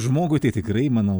žmogui tai tikrai manau